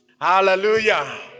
Hallelujah